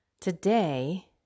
today